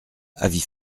avis